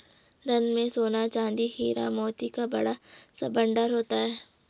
धन में सोना, चांदी, हीरा, मोती का बड़ा सा भंडार होता था